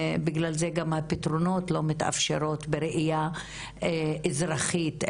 ולכן גם הפתרונות לא מתאפשרים בראייה אזרחית,